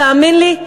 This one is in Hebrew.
תאמין לי,